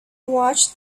watched